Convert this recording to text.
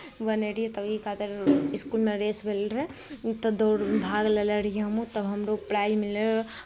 बनैत रहियै तभी खातिर इसकुलमे रेस भेल रहै तऽ दौड़ भाग लैत रहियै हमहूँ तऽ हमरो प्राइज मिलल